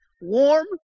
warm